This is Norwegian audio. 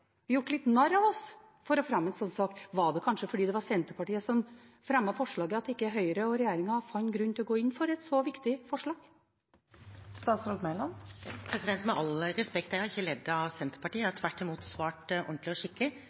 gjort litt narr av oss for å fremme en slik sak. Var det kanskje fordi det var Senterpartiet som fremmet forslaget, at ikke Høyre og regjeringen fant grunn til å gå inn for et så viktig forslag? Med all respekt, jeg har ikke ledd av Senterpartiet, jeg har tvert imot svart ordentlig og skikkelig